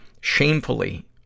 shamefully